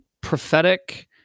prophetic